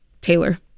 Taylor